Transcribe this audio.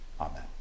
Amen